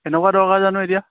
কেনেকুৱা দৰকাৰ জানো এতিয়া